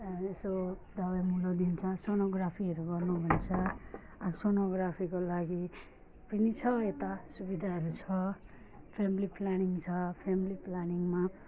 यसो दबाईमुलो दिन्छ सोनोग्राफीहरू गर्नु भन्छ सोनोग्राफीको लागि पनि छ यता सुविधाहरू छ फ्यामिली प्लानिङ छ फ्यामिली प्लानिङमा